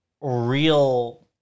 real